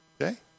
Okay